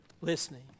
listening